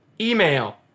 Email